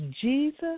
Jesus